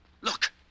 Look